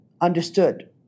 understood